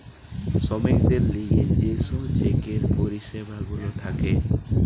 শ্রমিকদের লিগে যে সব চেকের পরিষেবা গুলা থাকে